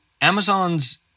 Amazon's